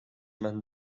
men